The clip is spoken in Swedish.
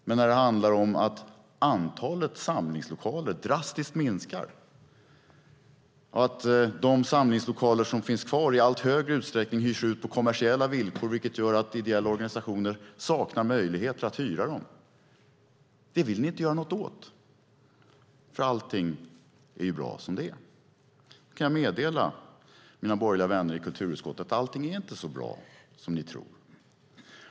Men när det handlar om att antalet samlingslokaler drastiskt minskar och att de samlingslokaler som finns kvar i allt större utsträckning hyrs ut på kommersiella villkor, vilket gör att ideella organisationer saknar möjlighet att hyra dem, vill ni inte göra något åt det, för allting är ju bra som det är. Då kan jag meddela mina borgerliga vänner i kulturutskottet att allting inte är så bra som de tror.